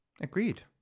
Agreed